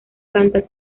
planta